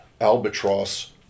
albatross